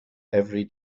every